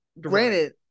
Granted